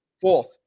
fourth